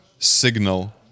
signal